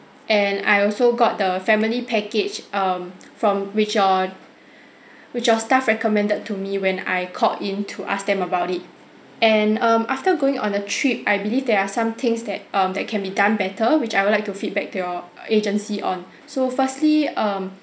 and I also got the family package um from which your which your staff recommended to me when I called in to ask them about it and um after going on the trip I believe there are some things that um that can be done better which I would like to feedback to your agency on so firstly um